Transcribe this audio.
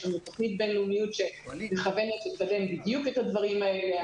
יש לנו תכנית בינלאומיוּת שמכוונת לקדם בדיוק את הדברים האלה.